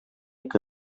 que